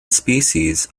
species